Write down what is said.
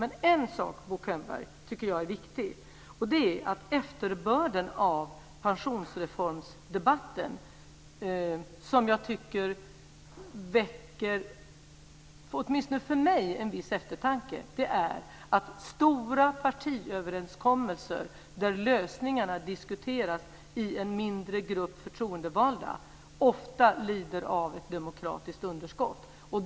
Men en sak, Bo Könberg, är viktig, och det är att efterbörden av pensionsreformsdebatten, som jag tycker åtminstone för mig väcker en eftertanke, är att stora partiöverenskommelser där lösningarna diskuteras i en mindre grupp förtroendevalda ofta lider av ett demokratiskt underskott.